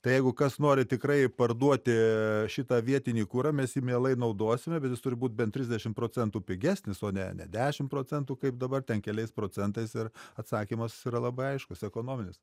tai jeigu kas nori tikrai parduoti šitą vietinį kurą mes jį mielai naudosime bet jis turi būt bent trisdešim procentų pigesnis o ne ne dešim procentų kaip dabar ten keliais procentais ir atsakymas yra labai aiškus ekonominis